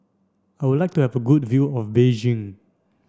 I would like to have a good view of Beijing